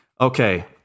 Okay